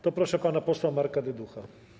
To proszę pana posła Marka Dyducha.